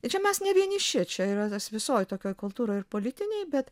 tai čia mes nevieniši čia yra tas visoj tokioj kultūroj ir politinėj bet